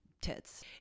tits